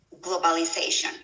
globalization